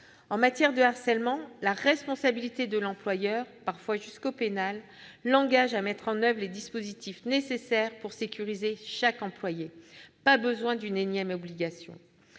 En matière de harcèlement, la responsabilité de l'employeur, parfois jusqu'au pénal, l'engage à mettre en oeuvre les dispositifs nécessaires pour sécuriser chaque employé. Il n'est pas besoin d'une énième obligation.